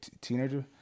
teenager